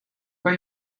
kan